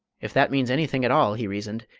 if that means anything at all, he reasoned,